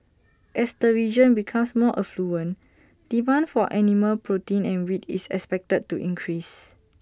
as the region becomes more affluent demand for animal protein and wheat is expected to increase